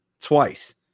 twice